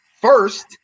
first –